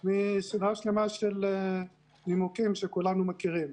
מסדרה שלמה של נימוקים שכולנו מכירים.